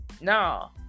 no